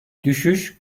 düşüş